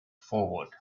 forward